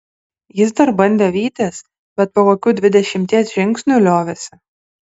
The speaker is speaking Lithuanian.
jis dar bandė vytis bet po kokių dvidešimties žingsnių liovėsi